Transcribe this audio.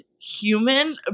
human